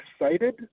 excited